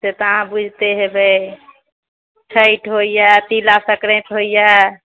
से तऽ अहाँ बुझिते हेबै छठि होइया तिला संक्रांति होइया